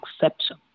exception